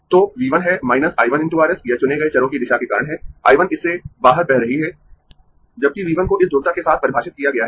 तो V 1 है I 1 × R s यह चुने गए चरों की दिशा के कारण है I 1 इससे बाहर बह रही है जबकि V 1 को इस ध्रुवता के साथ परिभाषित किया गया है